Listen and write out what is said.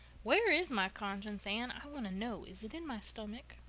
where is my conscience, anne? i want to know. is it in my stomach?